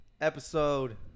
Episode